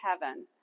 heaven